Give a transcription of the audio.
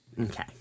Okay